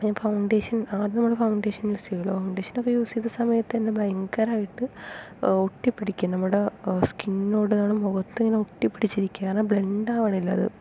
ഞാൻ ഫൗണ്ടേഷൻ ആദ്യം നമ്മൾ ഫൗണ്ടേഷൻ യൂസ് ചെയ്യുമല്ലോ ഫൗണ്ടേഷൻ ഒക്കെ യൂസ് ചെയ്യുന്ന സമയത്ത് തന്നെ ഭയങ്കരമായിട്ട് ഒട്ടിപ്പിടിക്കുന്നു നമ്മുടെ സ്കിന്നിനോട് മുഖത്ത് ഇങ്ങനെ ഒട്ടിപ്പിടിച്ചിരിക്കുകയാ കാരണം ബ്ലെൻഡ് ആവണില്ല അത്